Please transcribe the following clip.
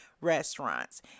restaurants